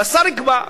השר יקבע.